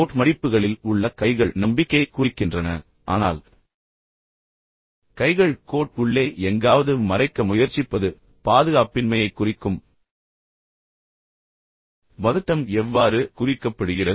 code மடிப்புகளில் உள்ள கைகள் நம்பிக்கையைக் குறிக்கின்றன ஆனால் கைகள் கோட் உள்ளே எங்காவது மறைக்க முயற்சிப்பது எனவே பாதுகாப்பின்மையைக் குறிக்கும் பதட்டம் எவ்வாறு குறிக்கப்படுகிறது